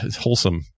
wholesome